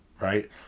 right